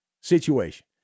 situation